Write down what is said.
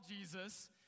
Jesus